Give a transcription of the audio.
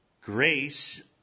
Grace